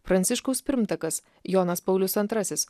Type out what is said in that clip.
pranciškaus pirmtakas jonas paulius antrasis